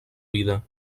vida